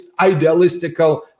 idealistical